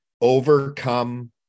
overcome